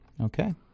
Okay